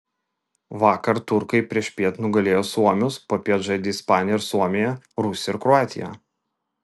vakar turkai priešpiet nugalėjo suomius popiet žaidė ispanija ir suomija rusija ir kroatija